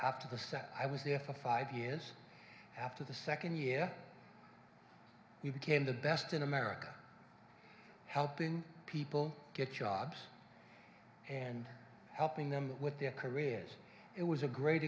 after the set i was there for five years after the second year we became the best in america helping people get jobs and helping them with their careers it was a great